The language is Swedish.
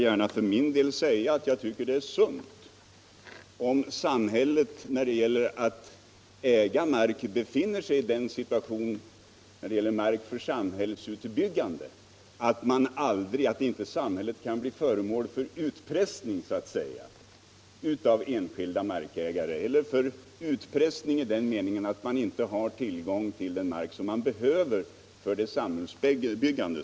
Jag tycker det är sunt om samhället när det gäller mark för samhällsbyggande befinner sig i en sådan situation att samhället inte kan bli föremål för utpressning av enskilda markägare - i den meningen att samhället inte har tillgång till den mark som behövs för nödvändigt samhällsbyggande.